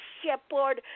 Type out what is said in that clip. shepherd